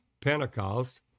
Pentecost